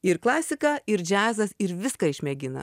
ir klasika ir džiazas ir viską išmėgina